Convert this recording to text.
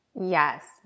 Yes